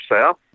south